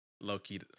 low-key